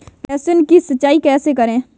लहसुन की सिंचाई कैसे करें?